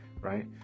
right